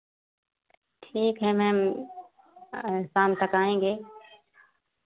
ठीक है मैम शाम तक आएँगे